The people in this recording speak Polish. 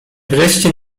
wreszcie